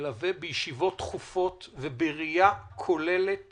שילווה בישיבות תכופות ובראייה כוללת